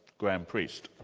graham priest.